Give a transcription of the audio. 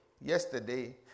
yesterday